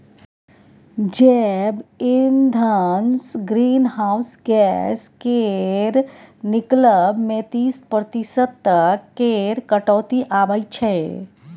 जैब इंधनसँ green house gas केर निकलब मे तीस प्रतिशत तक केर कटौती आबय छै